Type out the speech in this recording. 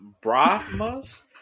Brahmas